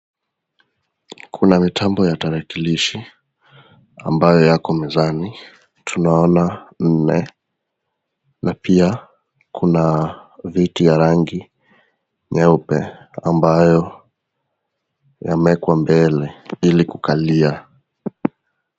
Kuna vitambo ya tarakilishi ambayo yako mezani, tunaona nne, na pia kuna viti ya rangi nyeupe ambayo yamewekwa mbele ili kukalia.